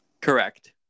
Correct